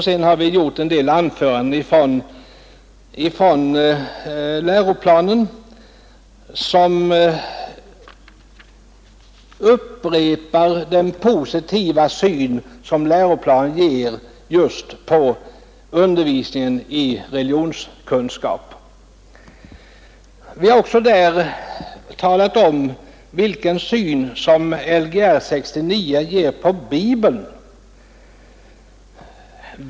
Sedan har vi gjort en del citat från läroplanen som upprepar den positiva syn som läroplanen ger just på undervisningen i religionskunskap. Vi har här också talat om vilken syn Lgr 69 ger på Bibeln.